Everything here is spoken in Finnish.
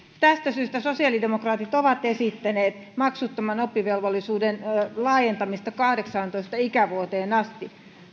tästä syystä sosiaalidemokraatit ovat esittäneet maksuttoman oppivelvollisuuden laajentamista kahdeksaantoista ikävuoteen asti